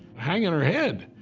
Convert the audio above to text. hanging her head